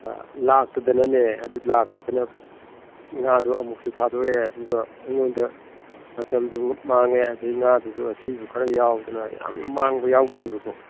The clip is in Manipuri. ꯂꯥꯛꯇꯗꯗꯅꯦ ꯑꯗꯨ ꯂꯥꯛꯇꯗꯅ ꯉꯥꯗꯣ ꯑꯃꯨꯛꯁꯨ ꯊꯥꯗꯣꯛꯑꯦ ꯑꯗꯨꯒ ꯑꯩꯉꯣꯟꯗ ꯃꯇꯝꯁꯨ ꯃꯥꯡꯉꯦ ꯑꯗꯩ ꯉꯥꯗꯨꯁꯨ ꯑꯁꯤꯕ ꯈꯔ ꯌꯥꯎꯗꯅ ꯌꯥꯝꯅ ꯃꯥꯡꯕ ꯌꯥꯎꯈꯤꯕꯀꯣ